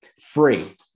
Free